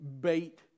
bait